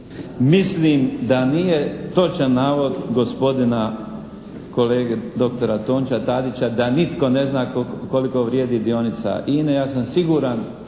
Mislim da nije točan navod gospodina kolege doktora Tončija Tadića da nitko ne zna koliko vrijedi dionica INA-e. Ja sam siguran